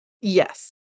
Yes